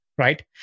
Right